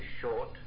short